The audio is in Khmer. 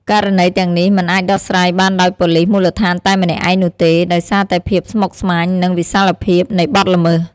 ករណីទាំងនេះមិនអាចដោះស្រាយបានដោយប៉ូលិសមូលដ្ឋានតែម្នាក់ឯងនោះទេ ដោយសារតែភាពស្មុគស្មាញ និងវិសាលភាពនៃបទល្មើស។